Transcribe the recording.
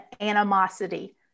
animosity